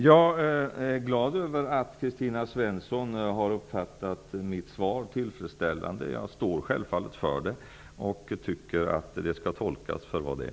Jag är glad över att Kristina Svensson har uppfattat mitt svar som tillfredsställande. Jag står självfallet för det jag säger i det och tycker att det skall tolkas för vad det är.